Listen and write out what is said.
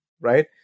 right